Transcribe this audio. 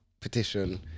petition